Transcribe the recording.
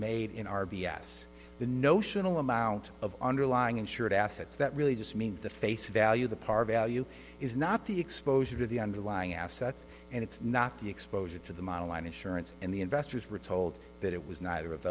made in r b s the notional amount of underlying insured assets that really just means the face value the par value is not the exposure to the underlying assets and it's not the exposure to the model on insurance and the investors were told that it was neither of